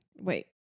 Wait